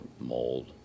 mold